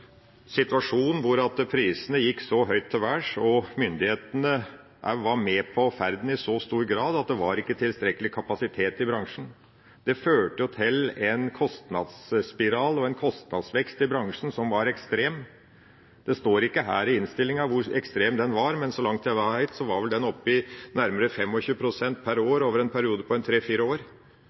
hvor prisene gikk så høyt til værs og myndighetene var med på ferden i så stor grad at det ikke var tilstrekkelig kapasitet i bransjen. Det førte til en kostnadsspiral og en kostnadsvekst i bransjen som var ekstrem. Det står ikke her i innstillinga hvor ekstrem den var, men så langt jeg vet, var den vel oppe i nærmere 25 pst. per år over en periode på en tre–fire år.